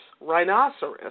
rhinoceros